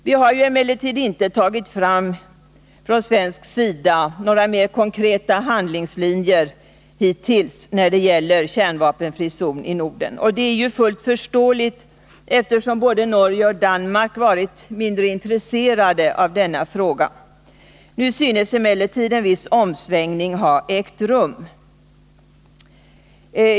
Det har emellertid hittills inte från svensk sida tagits fram några mer konkreta handlingslinjer när det gäller en kärnvapenfri zon i Norden. Det är fullt förståeligt, eftersom både Norge och Danmark varit mindre intresserade 61 av denna fråga. Nu synes emellertid en viss omsvängning ha ägt rum.